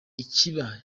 ikiba